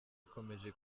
ikomeje